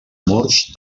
murs